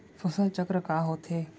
फसल चक्र का होथे?